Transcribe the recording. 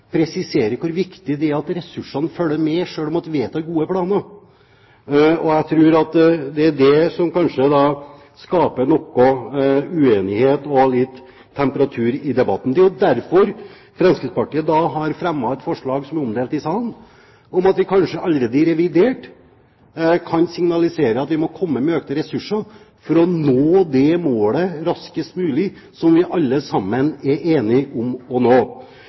presiserer hvor viktig det er at ressursene følger med når det vedtas gode planer. Jeg tror at det er det som kanskje skaper noe uenighet og litt temperatur i debatten. Det er jo derfor Fremskrittspartiet har fremmet et forslag, som er omdelt i salen, om at vi kanskje allerede i revidert kan signalisere at vi må komme med økte ressurser for raskest mulig å nå det målet som vi alle sammen er enige om å nå.